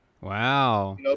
Wow